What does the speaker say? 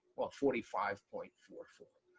well, forty five point four four.